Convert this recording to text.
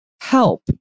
help